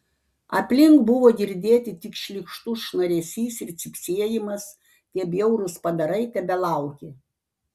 aplink buvo girdėti tik šlykštus šnaresys ir cypsėjimas tie bjaurūs padarai tebelaukė